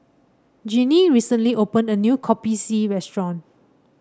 Jeannie recently opened a new Kopi C restaurant